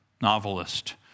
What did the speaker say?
novelist